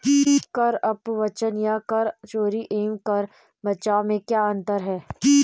कर अपवंचन या कर चोरी एवं कर बचाव में क्या अंतर है?